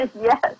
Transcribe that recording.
Yes